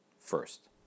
first